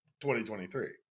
2023